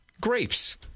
grapes